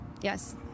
Yes